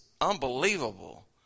unbelievable